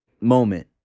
moment